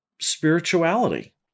spirituality